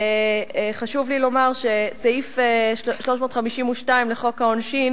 חשוב לי לומר שסעיף 352 לחוק העונשין